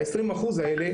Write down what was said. ה-20% האלה,